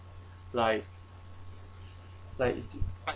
like like